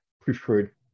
preferred